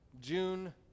June